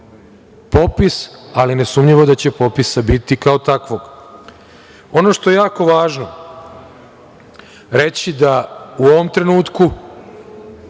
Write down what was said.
popis, ali nesumnjivo da će popisa biti kao takvog. Ono što je jako važno reći, u ovom trenutku